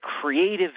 creative